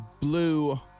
blue